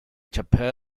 chapelle